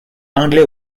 anglais